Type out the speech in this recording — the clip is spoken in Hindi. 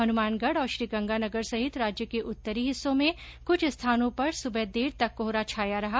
हनुमानगढ और श्रीगंगानगर सहित राज्य के उत्तरी हिस्सों में कुछ स्थानों पर सुबह देर तक कोहरा छाया रहा